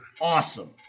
awesome